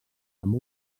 amb